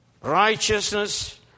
righteousness